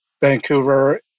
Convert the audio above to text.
Vancouver